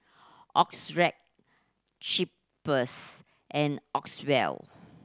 Xorex Cheaper's and